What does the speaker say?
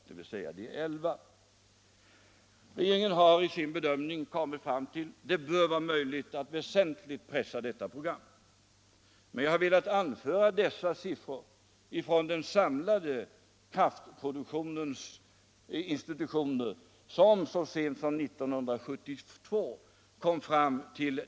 Regeringen har i sin bedömning kommit fram till att det bör vara möjligt att väsentligt pressa detta program, men jag har velat anföra de siffror som den samlade kraftproduktionens institutioner kom fram till så sent som 1972.